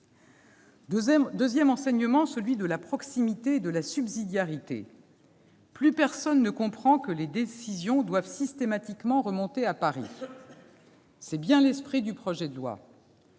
Deuxième enseignement : la proximité et la subsidiarité. Plus personne ne comprend que les décisions doivent systématiquement remonter à Paris. Tel est bien l'esprit du projet de loi.